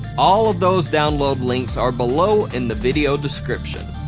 all of those download links are below in the video description.